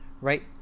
right